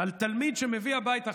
על תלמיד שמביא הביתה,